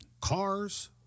cars